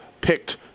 picked